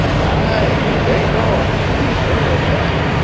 aye, they know. be sure of that,